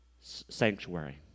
sanctuary